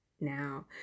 Now